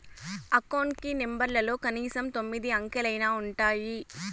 account కి నెంబర్లలో కనీసం తొమ్మిది అంకెలైనా ఉంటాయి